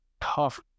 tough